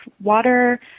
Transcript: water